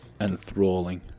Enthralling